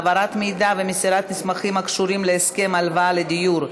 העברת מידע ומסירת מסמכים הקשורים להסכם הלוואה לדיור),